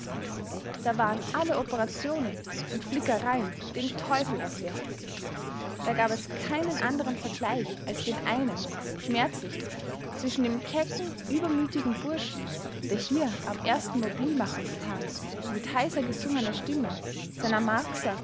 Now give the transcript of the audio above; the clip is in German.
da waren alle operationen und flickereien den teufel was wert da gab es keinen anderen vergleich als den einen schmerzlichen zwischen dem kecken übermütigen burschen der hier am ersten mobilmachungstag mit heisergesungener stimme seiner marcsa